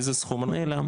על איזה סכום אנחנו מדברים?